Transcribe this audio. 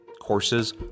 Courses